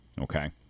Okay